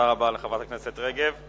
תודה רבה לחברת הכנסת רגב.